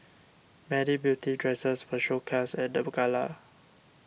many beautiful dresses were showcased at the gala